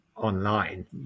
Online